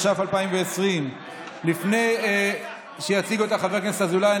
התש"ף 2020. לפני שיציג אותה חבר הכנסת אזולאי,